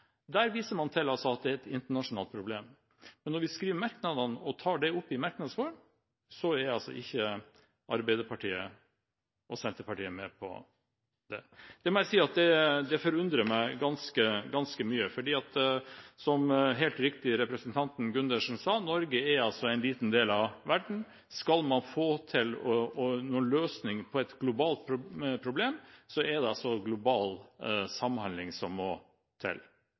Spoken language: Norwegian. Der viser man altså til at det er et internasjonalt problem, men når vi skriver merknader og tar det opp i merknads form, er ikke Arbeiderpartiet og Senterpartiet med på det. Det forundrer meg ganske mye, fordi – som representanten Gundersen helt riktig sa – Norge er en liten del av verden. Skal man få til en løsning på et globalt problem, er det global samhandling som må til,